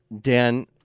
Dan